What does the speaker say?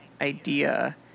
idea